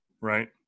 Right